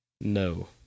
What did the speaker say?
No